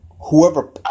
Whoever